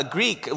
Greek